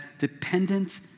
dependent